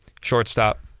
Shortstop